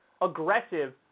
aggressive